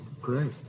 great